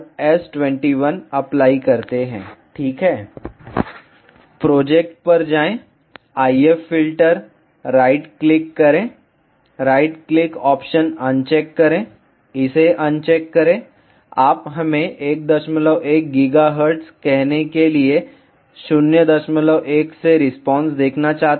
vlcsnap 2018 09 20 15h04m43s150 project पर जाएं IF filter right click करें राइट क्लिक ऑप्शन अनचेक करें इसे अनचेक करें आप हमें 11 GHz कहने के लिए 01 से रिस्पांस देखना चाहते हैं